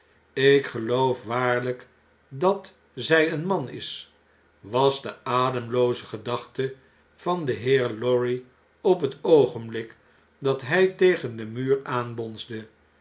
ik geloof waarhjk dat zj een man is was de ademlooze gedachte van den heer lorry op het oogen blik dat hij tegen den muur aanbonsde